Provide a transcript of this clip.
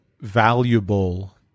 valuable